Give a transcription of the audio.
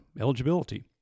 eligibility